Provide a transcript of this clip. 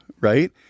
Right